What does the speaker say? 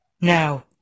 Now